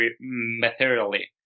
materially